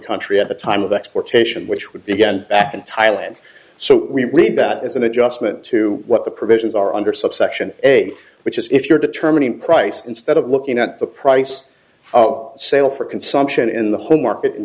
country at the time of exportation which would be again back in thailand so we need that as an adjustment to what the provisions are under subsection a which is if you're determining price instead of looking at the price sale for consumption in the home market in